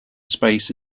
space